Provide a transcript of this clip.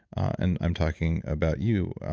and i'm talking about you,